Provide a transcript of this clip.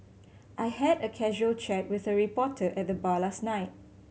I had a casual chat with a reporter at the bar last night